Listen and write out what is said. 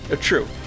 True